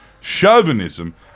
chauvinism